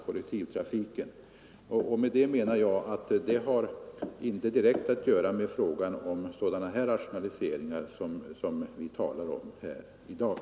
Jag menar att det inte direkt har att göra med de rationaliseringsfrågor vi talar om här i dag.